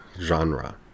genre